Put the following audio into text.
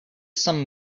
some